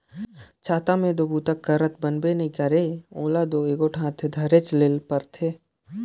छाता मे दो बूता करत बनबे नी करे ओला दो एगोट हाथे धरेच ले परही